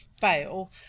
fail